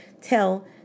Tell